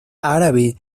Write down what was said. árabe